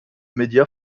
média